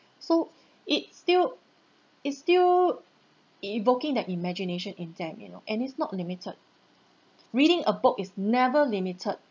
so it still it's still evoking that imagination in them you know and it's not limited reading a book is never limited